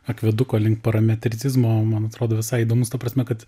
akveduko link parametricizmo man atrodo visai įdomus ta prasme kad